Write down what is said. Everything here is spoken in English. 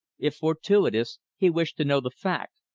if fortuitous, he wished to know the fact,